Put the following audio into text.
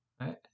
right